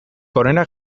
onenak